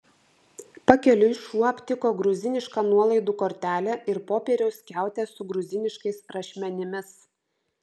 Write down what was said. pakeliui šuo aptiko gruzinišką nuolaidų kortelę ir popieriaus skiautę su gruziniškais rašmenimis